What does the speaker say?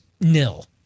nil